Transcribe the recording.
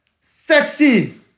Sexy